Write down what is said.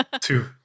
two